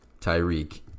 Tyreek